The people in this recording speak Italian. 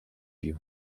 più